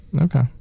Okay